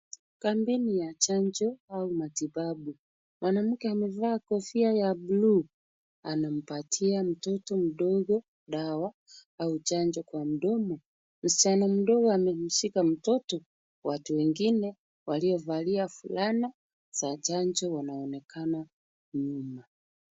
Kampeni ya chanjo au matibabu, mwanamke amevaa kofia ya bluu anampatia mtoto mdogo dawa au chanjo kwa mdomo. Msichana mdogo amemshika mtoto, watu wengine waliovalia fulana za chanjo wanaonekana nyuma.